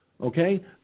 Okay